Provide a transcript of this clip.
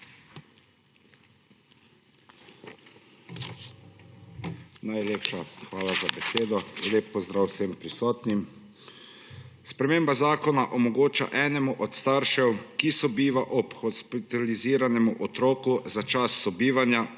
Najlepša hvala za besedo. Lep pozdrav vsem prisotnim! Sprememba zakona omogoča enemu od staršev, ki sobiva ob hospitaliziranem otroku za čas sobivanja